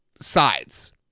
sides